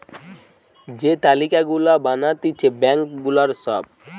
যে তালিকা গুলা বানাতিছে ব্যাঙ্ক গুলার সব